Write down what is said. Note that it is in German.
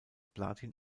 platin